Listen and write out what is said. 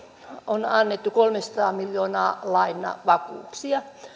on annettu kolmesataa miljoonaa lainavakuuksia